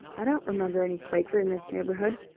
i don't remember any quaker in this neighborhood.